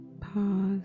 pause